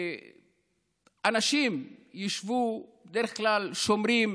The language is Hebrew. אנשים ישבו, בדרך כלל שומרים